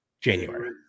January